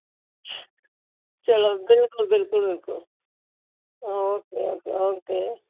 चलो बिलकुल बिलकुल बिलकुल ओके ओके ओके